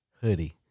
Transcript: Hoodie